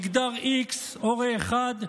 מגדר x, הורה 1,